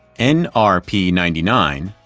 n r p nine nine,